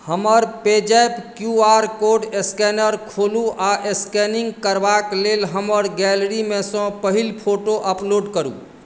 हमर पेजैप Q R code scanner खोलू आ स्कैनिंग करबाक लेल हमर गैलेरीमेसँ पहिल फोटो अपलोड करू